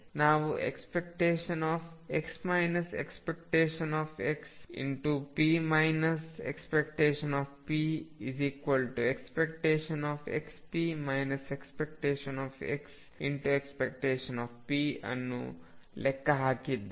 ನಾವು ⟨x ⟨x⟩p ⟨p⟩⟩⟨xp⟩ ⟨x⟩⟨p⟩ ಅನ್ನು ಲೆಕ್ಕ ಹಾಕಿದ್ದೇವೆ